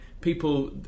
people